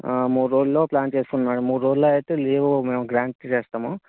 మూడు రోజుల్లో ప్లాన్ చేసుకోండి మేడం మూడు రోజుల్లో అయితే లీవు మేము గ్రాంట్ చేస్తాము